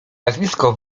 nazwisko